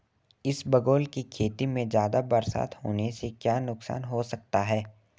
इसबगोल की खेती में ज़्यादा बरसात होने से क्या नुकसान हो सकता है?